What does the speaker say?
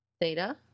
Theta